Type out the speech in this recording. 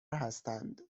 هستند